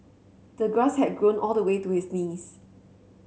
the grass had grown all the way to his knees